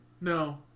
No